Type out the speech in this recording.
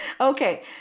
okay